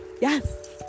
Yes